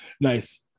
Nice